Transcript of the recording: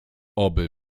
oby